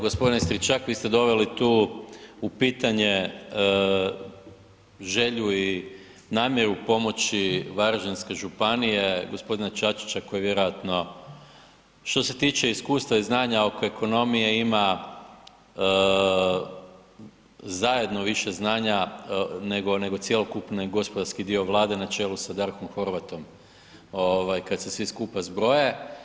Gospodine Stričak vi ste doveli tu u pitanje želju i namjeru pomoći Varaždinske županije gospodina Čačića koji vjerojatno što se tiče iskustva i znanja oko ekonomije ima zajedno više znanja nego cjelokupni gospodarski dio Vlade na čelu sa Darkom Horvatom ovaj kad se svi skupa zbroje.